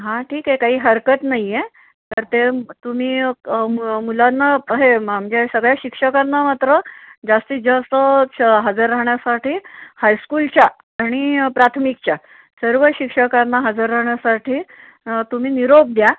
हां ठीक आहे काही हरकत नाही आहे तर ते तुम्ही क मु मुलांना हे म्हणजे सगळ्या शिक्षकांना मात्र जास्तीत जास्त श हजर राहण्यासाठी हायस्कूलच्या आणि प्राथमिकच्या सर्व शिक्षकांना हजर राहण्यासाठी तुम्ही निरोप द्या